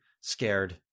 scared